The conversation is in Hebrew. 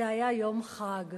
זה היה יום חג.